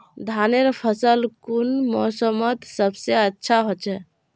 धानेर फसल कुन मोसमोत सबसे अच्छा होचे?